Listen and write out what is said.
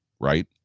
right